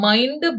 Mind